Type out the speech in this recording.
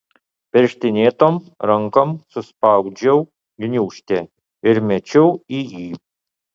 pirštinėtom rankom suspaudžiau gniūžtę ir mečiau į jį